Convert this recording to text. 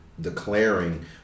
declaring